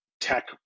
tech